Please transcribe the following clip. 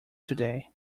today